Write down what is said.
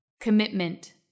Commitment